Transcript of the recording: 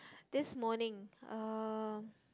this morning uh